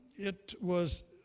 it was